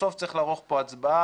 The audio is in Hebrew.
בסוף צריך לערוך פה הצבעה,